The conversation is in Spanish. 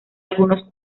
algunos